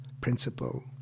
principle